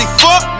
fuck